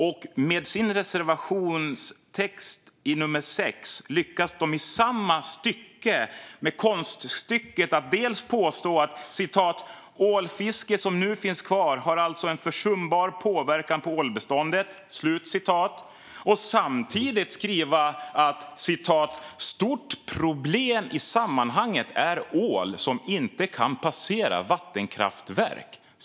Med texten i reservation 6 lyckas de i samma avsnitt med konststycket att påstå att "ålfiske som nu finns kvar har alltså en försumbar påverkan på ålbeståndet". Samtidigt skriver de att ett "stort problem i sammanhanget är ål som inte kan passera vattenkraftverk".